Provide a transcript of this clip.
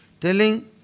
Telling